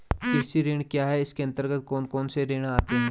कृषि ऋण क्या है इसके अन्तर्गत कौन कौनसे ऋण आते हैं?